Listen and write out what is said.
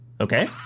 Okay